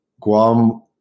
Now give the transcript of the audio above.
Guam